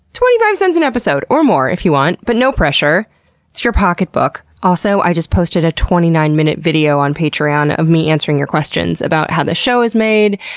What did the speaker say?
twenty five cents an episode! or more, if you want, but no pressure it's your pocketbook. also, i just posted a twenty nine minute video on patreon of me answering your questions about how the show is made,